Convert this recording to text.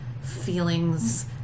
feelings